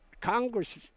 Congress